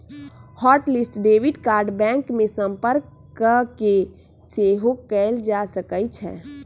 hot list debit card bank में संपर्क कऽके सेहो कएल जा सकइ छै